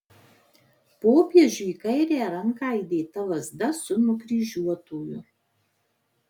popiežiui į kairę ranką įdėta lazda su nukryžiuotuoju